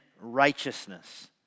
righteousness